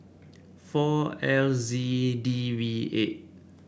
four L Z D V eight